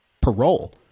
parole